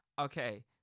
okay